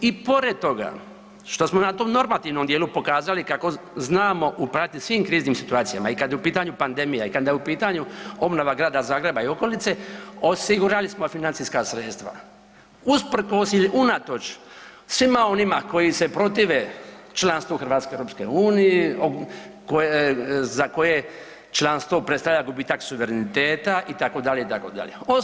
I pored toga što smo na tom normativnom djelu pokazali kako znamo upravljati u svim kriznim situacijama i kad je u pitanju pandemija i kada je u pitanju obnova Grada Zagreba i okolice osigurali smo financijska sredstva usprkos ili unatoč svima onima koji se protive članstvu Hrvatske EU, koje, za koje članstvo predstavlja gubitak suvereniteta, itd. itd.